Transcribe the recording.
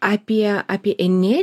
apie apie energiją